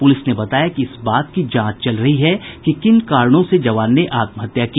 police ने बताया कि इस बात की जांच चल रही है कि किन कारणों से जवान ने आत्महत्या की